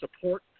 support